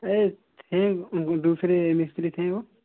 आये थे दूसरे मिस्त्री थे वो